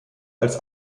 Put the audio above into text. als